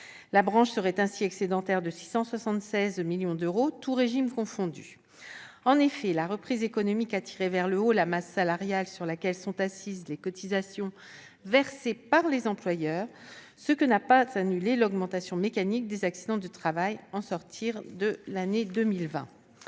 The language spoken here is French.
La branche serait ainsi excédentaire de 676 millions d'euros, tous régimes confondus, la reprise économique ayant tiré vers le haut la masse salariale sur laquelle sont assises les cotisations versées par les employeurs, ce que n'a pas annulé l'augmentation mécanique des accidents du travail au sortir de l'année 2020.